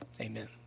amen